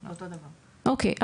אוקיי.